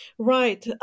Right